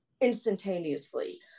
instantaneously